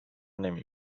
نمی